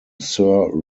sir